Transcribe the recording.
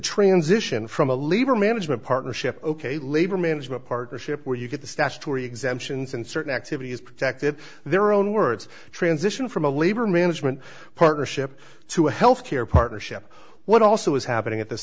transition from a labor management partnership ok labor management partnership where you get the statutory exemptions and certain activities protected their own words the transition from a labor management partnership to a health care partnership what also is happening at this